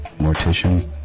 mortician